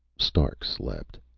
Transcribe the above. stark slept.